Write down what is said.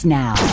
now